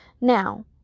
Now